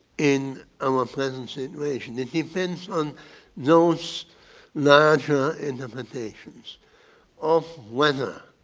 in our present situation. it depends on those larger interpretations of whether